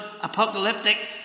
apocalyptic